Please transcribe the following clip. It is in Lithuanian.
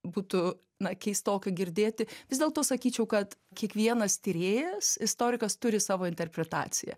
būtų na keistoka girdėti vis dėlto sakyčiau kad kiekvienas tyrėjas istorikas turi savo interpretaciją